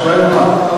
ההשוואה היא למה?